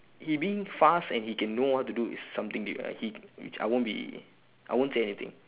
he being fast and he can know how to do is something big ah he which I won't be I won't say anything